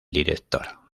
director